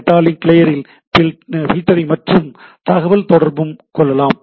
data link லேயரில் filtering மற்றும் தகவல் தொடர்பும் கொள்ளலாம்